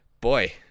boy